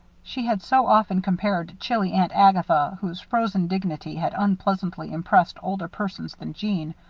she had so often compared chilly aunt agatha, whose frozen dignity had unpleasantly impressed older persons than jeanne,